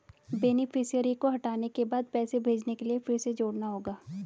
beneficiary को हटाने के बाद पैसे भेजने के लिए फिर से जोड़ना होगा